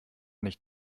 nicht